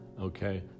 okay